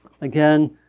again